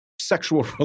sexual